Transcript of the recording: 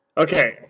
Okay